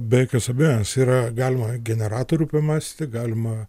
be jokios abejonės yra galima generatorių pamesti galima